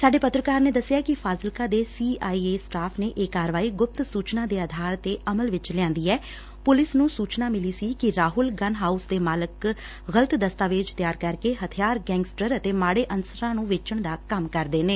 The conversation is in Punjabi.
ਸਾਡੇ ਪੱਤਰਕਾਰ ਨੇ ਦਸਿਐ ਕਿ ਫਾਜ਼ਿਲਕਾ ਦੇ ਸੀਆਈਏ ਸਟਾਫ ਨੇ ਇਹ ਕਾਰਵਾਈ ਗੁਪਤ ਸੁਚਨਾ ਦੇ ਅਧਾਰ ਤੇ ਅਮਲ ਵਿਚ ਲਿਆਂਦੀ ਐ ਪੁਲਿਸ ਨੰ ਸੁਚਨਾ ਮਿਲੀ ਸੀ ਕਿ ਰਾਹੁਲ ਗੰਨ ਹਾਉਸ ਦੇ ਮਾਲਕ ਗਲਤ ਦਸਤਾਵੇਜ ਤਿਆਰ ਕਰਕੇ ਹਥਿਆਰ ਗੈਂਗਸਟਰ ਅਤੇ ਮਾਤੇ ਅਨਸਰਾਂ ਨੂੰ ਵੇਚਣ ਦਾ ਕੰਮ ਕਰਦੇ ਨੇ